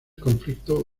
conflicto